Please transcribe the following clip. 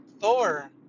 thor